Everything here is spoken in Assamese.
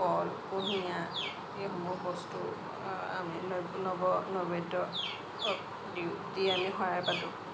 কল কুঁহিয়াৰ এইবোৰ বস্তু আমি নব নৈবেদ্য দিওঁ দি আমি শৰাই পাতোঁ